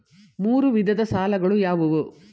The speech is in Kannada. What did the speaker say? ಮೂರು ವಿಧದ ಸಾಲಗಳು ಯಾವುವು?